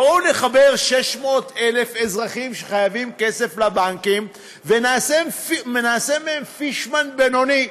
בואו נחבר 600,000 אזרחים שחייבים כסף לבנקים ונעשה מהם פישמן בינוני,